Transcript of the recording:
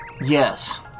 Yes